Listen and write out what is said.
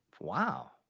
Wow